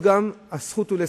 גם אם זה